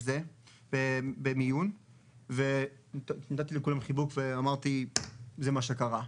במיון ונתתי לכולם חיבוק ואמרתי זה מה שקרה.